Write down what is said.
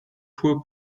poor